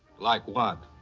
like what?